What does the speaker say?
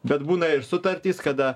bet būna ir sutartys kada